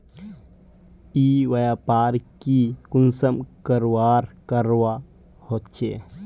ई व्यापार की कुंसम करवार करवा होचे?